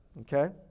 Okay